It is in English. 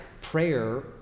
Prayer